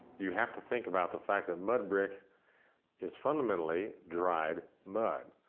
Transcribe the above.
you have to think about the fact that mud brick is, fundamentally, dried mud,